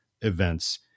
events